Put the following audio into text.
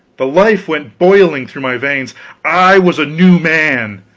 the life went boiling through my veins i was a new man!